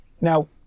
Now